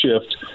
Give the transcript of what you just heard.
shift